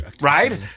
Right